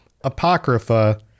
Apocrypha